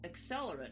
accelerant